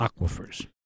aquifers